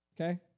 Okay